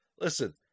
Listen